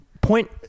point